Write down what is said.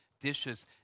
dishes